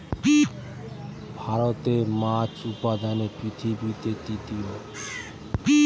ভারত মাছ উৎপাদনে পৃথিবীতে তৃতীয়